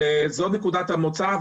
זו נקודת המוצא,